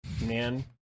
man